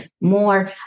more